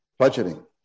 budgeting